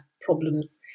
problems